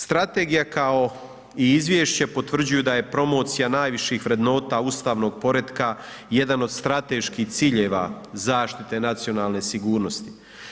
Strategija kao i izvješće potvrđuju da je promocija najviših vrednota ustavnog poretka jedan od strateških ciljeva zaštite nacionalne sigurnosti.